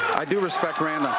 i do respect rand.